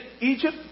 Egypt